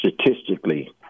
statistically